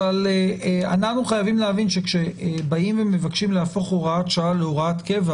אבל אנחנו חייבים להבין שכשבאים ומבקשים להפוך הוראת שעה להוראת קבע